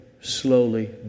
slowly